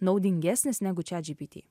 naudingesnis negu chatgpt